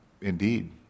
Indeed